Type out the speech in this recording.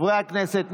חברי הכנסת,